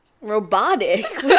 robotic